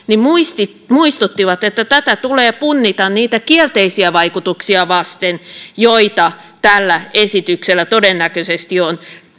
muistuttivat muistuttivat että tätä tulee punnita niitä kielteisiä vaikutuksia vasten joita tällä esityksellä todennäköisesti on